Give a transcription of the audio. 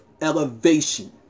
elevation